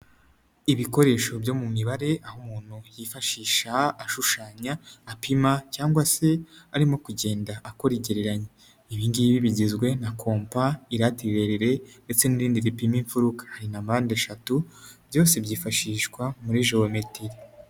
Ibikoresho byo mu mibare aho umuntu yifashisha ashushanya, apima cyangwa se arimo kugenda akora igereranya ibingibi bigizwe na kompa, irati rirerire, ndetse n'irindi ripima imfuruka, hari na mpande eshatu byose byifashishwa muri jewometiri